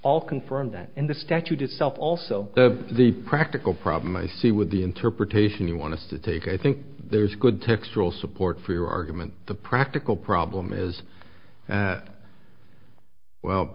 all confirmed that in the statute itself also the the practical problem i see with the interpretation you want to take i think there's a good textual support for your argument the practical problem is that well